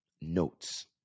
notes